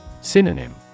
Synonym